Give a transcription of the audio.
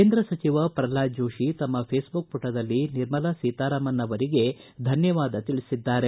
ಕೇಂದ್ರ ಸಚಿವ ಪ್ರಲ್ಹಾದ ಜೋಶಿ ತಮ್ಮ ಫೇಸ್ ಬುಕ್ ಪುಟದಲ್ಲಿ ನಿರ್ಮಲಾ ಸೀತಾರಾಮನ್ ಅವರಿಗೆ ಧನ್ಯವಾದ ತಿಳಿಸಿದ್ದಾರೆ